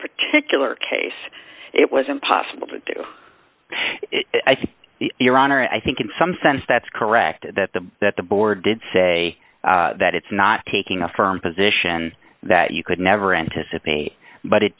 particular case it was impossible to do i think your honor and i think in some sense that's correct that the that the board did say that it's not taking a firm position that you could never anticipate but it